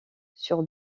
sur